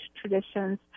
traditions